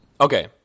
Okay